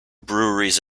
breweries